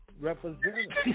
Representative